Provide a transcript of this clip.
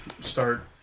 start